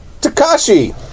Takashi